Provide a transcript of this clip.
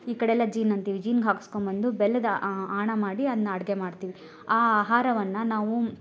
ಈ ಕಡೆಯೆಲ್ಲ ಜೀನ್ ಅಂತೀವಿ ಜೀನ್ಗೆ ಹಾಕಸ್ಕೊಂಡು ಬಂದು ಬೆಲ್ಲದ ಆಣ ಮಾಡಿ ಅದನ್ನ ಅಡುಗೆ ಮಾಡ್ತೀವಿ ಆ ಆಹಾರವನ್ನ ನಾವು